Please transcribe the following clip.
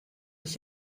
ich